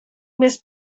més